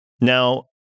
now